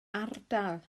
ardal